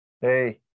Hey